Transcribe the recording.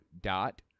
dot